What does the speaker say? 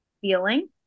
feeling